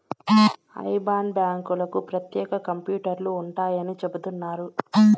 IBAN బ్యాంకులకు ప్రత్యేక కంప్యూటర్లు ఉంటాయని చెబుతున్నారు